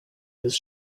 his